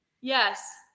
Yes